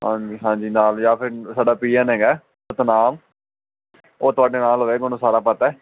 ਹਾਂਜੀ ਹਾਂਜੀ ਨਾਲ ਜਾਂ ਫਿਰ ਸਾਡਾ ਪੀਅਨ ਹੈਗਾ ਐ ਸਤਨਾਮ ਉਹ ਤੁਹਾਡੇ ਨਾਲ ਰਹੇਗਾ ਉਹਨੂੰ ਸਾਰਾ ਪਤਾ ਹੈ